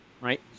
right